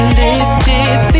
lifted